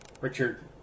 Richard